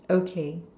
okay